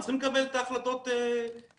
הם צריכים לקבל את ההחלטות בעצמם.